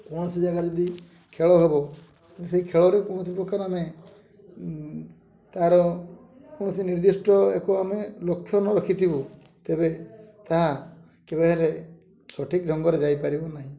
କୌଣସି ଜାଗା ଯଦି ଖେଳ ହେବ ସେଇ ଖେଳରେ କୌଣସି ପ୍ରକାର ଆମେ ତା'ର କୌଣସି ନିର୍ଦ୍ଧିଷ୍ଟ ଏକ ଆମେ ଲକ୍ଷ୍ୟ ନ ରଖିଥିବୁ ତେବେ ତାହା କେବେ ହେଲେ ସଠିକ୍ ଢଙ୍ଗରେ ଯାଇପାରିବ ନାହିଁ